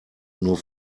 nur